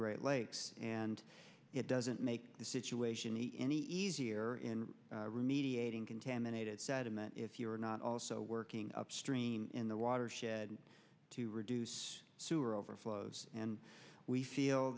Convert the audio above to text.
great lakes and it doesn't make the situation any easier in remediating contaminated sediment if you're not also working upstream in the watershed to reduce sewer overflows and we feel